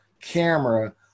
camera